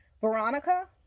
Veronica